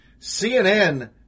CNN